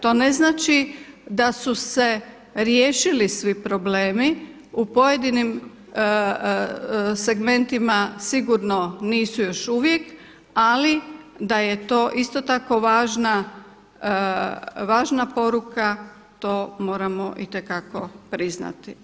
To ne znači da su se riješili svi problemi u pojedinim segmentima sigurno nisu još uvijek, ali da je to isto tako važna poruka to moramo itekako priznati.